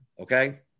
okay